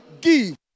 give